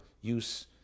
use